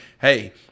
hey